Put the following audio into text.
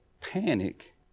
panic